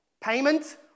Payment